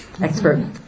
expert